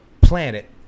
planet